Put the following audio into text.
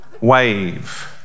wave